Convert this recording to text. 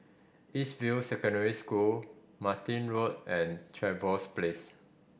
East View Secondary School Martin Road and Trevose Place